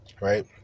Right